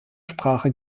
sprache